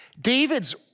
David's